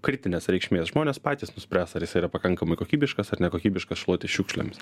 kritinės reikšmės žmonės patys nuspręs ar jis yra pakankamai kokybiškas ar nekokybiškas šluoti šiukšlėms